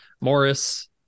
Morris